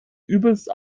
übelst